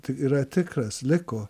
tai yra tikras liko